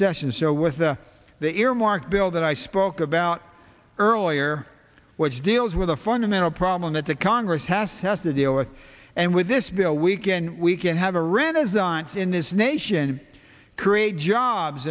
session so with the earmark bill that i spoke about earlier which deals with the fundamental problem that the congress has has to deal with and with this bill weekend we can have a renaissance in this nation and create jobs